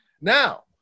now